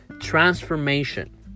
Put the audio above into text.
transformation